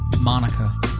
Monica